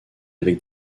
avec